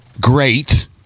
great